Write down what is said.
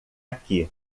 aqui